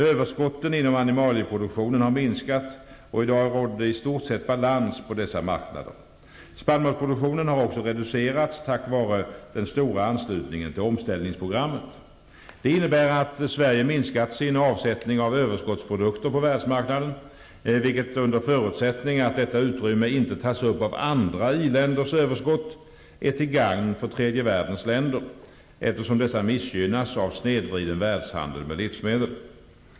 Överskotten inom animalieproduktionen har minskat, och i dag råder det i stort sett balans på dessa marknader. Spannmålsproduktionen har också reducerats tack vare den stora anslutningen till omställningsprogrammet. Det innebär att Sverige minskat sin avsättning av överskottsprodukter på världsmarknaden, vilket, under förutsättning att detta utrymme inte tas upp av andra i-länders överskott, är till gagn för tredje världens länder, eftersom dessa missgynnas av snedvriden världshandel med livsmedel.